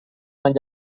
man